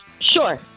sure